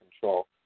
control